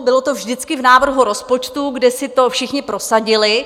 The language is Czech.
Bylo to vždycky v návrhu rozpočtu, kde si to všichni prosadili.